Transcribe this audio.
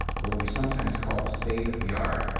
or what we sometimes call the state of the art,